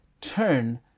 Turn